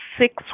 six